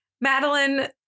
Madeline